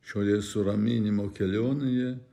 šioje suraminimo kelionėje